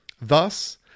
Thus